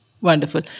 Wonderful